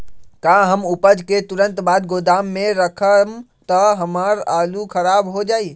का हम उपज के तुरंत बाद गोदाम में रखम त हमार आलू खराब हो जाइ?